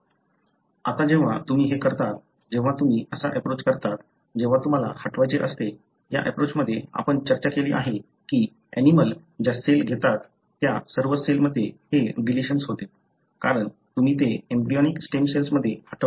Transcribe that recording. आता जेव्हा तुम्ही हे करता जेव्हा तुम्ही असा एप्रोच करता जेव्हा तुम्हाला हटवायचे असते या एप्रोचमध्ये आपण चर्चा केली आहे की ऍनिमलं ज्या सेल घेतात त्या सर्व सेल मध्ये हे डिलिशन होते कारण तुम्ही ते एम्ब्रियोनिक स्टेम सेल्समध्ये हटवले आहे